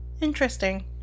Interesting